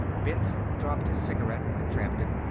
benson dropped his cigarette and tramped it.